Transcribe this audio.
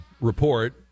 report